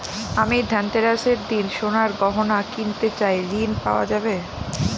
আমি ধনতেরাসের দিন সোনার গয়না কিনতে চাই ঝণ পাওয়া যাবে?